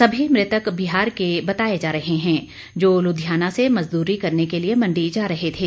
सभी मृतक बिहार के बताए जा रहे हैं जो लुधियाना से मज़दूरी करने के लिए मंडी जा रहे थे